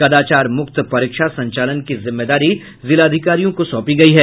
कदाचार मुक्त परीक्षा संचालन की जिम्मेदारी जिलाधिकारियों को सौंपी गयी है